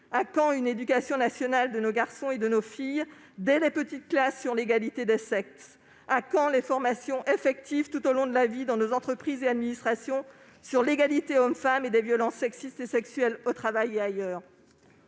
À quand une éducation nationale de nos garçons et de nos filles dès les petites classes sur l'égalité des sexes ? À quand des formations effectives tout au long de la vie dans nos entreprises et administrations sur l'égalité entre les hommes et les femmes et sur les violences sexistes et sexuelles au travail et ailleurs ?